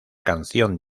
canción